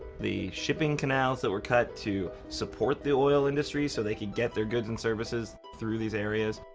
the shipping canals that were cut to support the oil industry so they could get their goods and services through these areas.